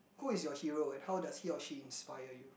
who is your hero and how does he or she inspire you